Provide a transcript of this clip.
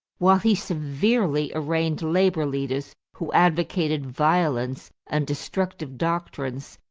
while he severely arraigned labor leaders who advocated violence and destructive doctrines,